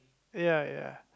ya ya